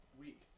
week